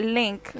link